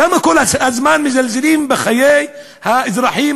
למה כל הזמן מזלזלים בחיי האזרחים,